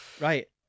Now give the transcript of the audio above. Right